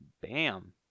bam